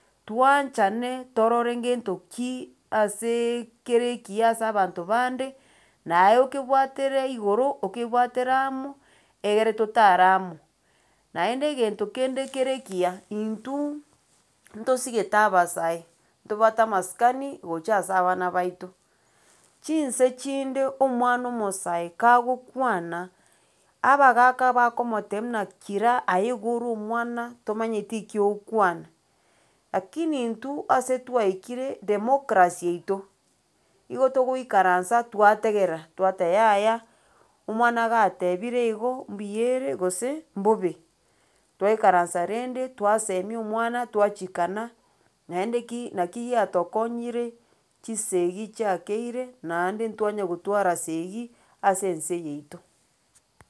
Twanchane torore gento ki aseee kere ekiya ase abanto bande naye okebwatere igoro okebwatera amo egere totare amo. Naende egento kende kere ekiya intwe ntosigete abasae ntobwate amasikani gocha ase abana baito chinse chinde omwana omosae kagokwana abagaka bakomotebia buna kira, aye iga ore omwana tomanyeti ekio ogokwana. Lakini intwe, ase twaikire democracy yaito igo togoikaransa twategerera twateba yaya omwana gatebire igo mbuyere gose bombe, twaikaransa rende twasemia omwana twachikana naende ki naki giatokonyire chisegi chiakeire naende twanya gotwara segi ase ense yeito.